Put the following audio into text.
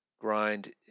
grind